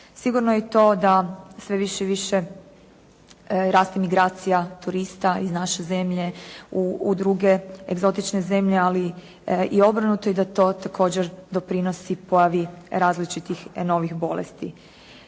Sigurno je i to da sve više i više raste migracija turista iz naše zemlje u druge egzotične zemlje, ali i obrnuto i da to također doprinosi pojavi različitih novih bolesti.